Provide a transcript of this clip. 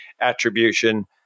attribution